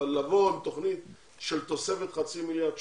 אבל לבוא עם תוכנית של תוספת חצי מיליארד שקל,